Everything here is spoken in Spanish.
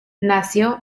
nació